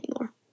anymore